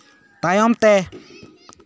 ᱛᱟᱭᱚᱢ ᱛᱮ